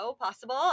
possible